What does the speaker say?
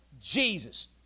Jesus